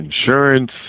insurance